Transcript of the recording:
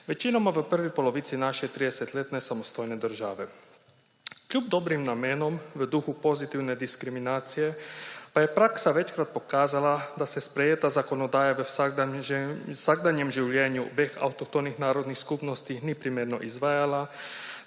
večinoma v prvi polovici naše 30-letne samostojne države. Kljub dobrim namenom v duhu pozitivne diskriminacije pa je praksa večkrat pokazala, da se sprejeta zakonodaja v vsakdanjem življenju obeh avtohtonih narodnih skupnosti ni primerno izvajala,